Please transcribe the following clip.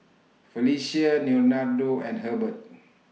Felicia Leonardo and Hebert